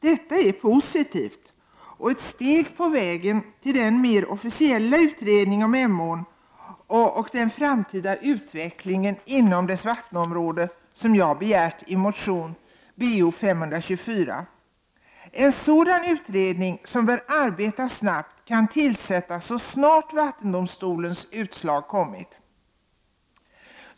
Detta är positivt och ett steg på vägen till den officiella utredning om Emån och den framtida utvecklingen inom dess vattenområde som jag begärt i motion Bo524. En sådan utredning, som bör arbeta snabbt, kan tillsättas så snart vattendomstolens utslag kommit.